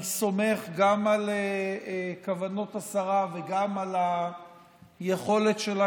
אני סומך גם על כוונות השרה וגם על היכולת שלה,